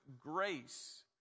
grace